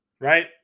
right